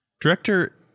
Director